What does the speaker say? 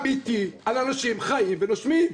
זה דיון אמיתי על אנשים חיים ונושמים.